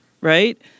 Right